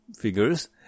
figures